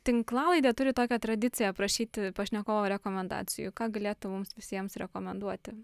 tinklalaidė turi tokią tradiciją prašyti pašnekovo rekomendacijų ką galėtum mums visiems rekomenduoti